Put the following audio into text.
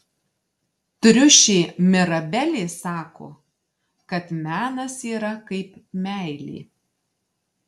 triušė mirabelė sako kad menas yra kaip meilė